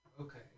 Okay